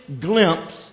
glimpse